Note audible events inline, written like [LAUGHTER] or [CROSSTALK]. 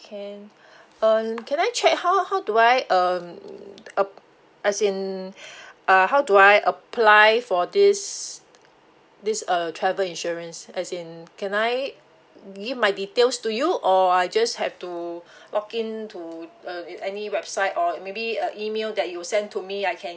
can [BREATH] um can I check how how do I um as in [BREATH] uh how do I apply for this this uh travel insurance as in can I give my details to you or I just have to [BREATH] log in to uh any website or maybe uh email that you send to me I can